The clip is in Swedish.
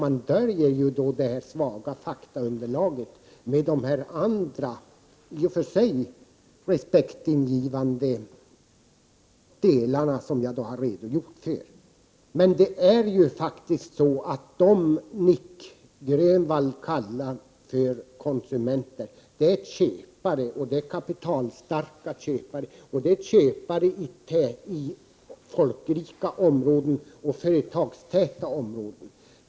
Man döljer det svaga faktaunderlaget med dessa andra i och för sig respektingivande inslag som jag nämnde. Det är faktiskt så att det Nic Grönvall kallar för konsumenter är kapitalstarka köpare i folkrika och företagstäta områden.